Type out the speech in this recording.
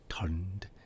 turned